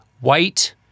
white